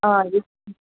ஆ